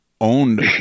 owned